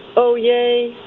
oh, yay.